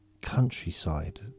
countryside